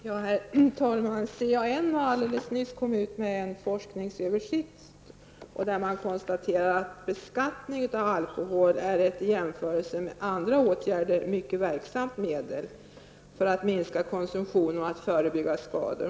Herr talman! CAN har alldeles nyligen kommit ut med en forskningsöversikt där man konstaterar att beskattning av alkohol är ett i jämförelse med andra åtgärder mycket verksamt medel för att minska konsumtion och förebygga skador.